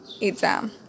exam